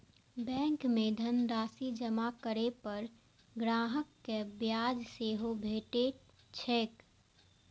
bank मे धनराशि जमा करै पर ग्राहक कें ब्याज सेहो भेटैत छैक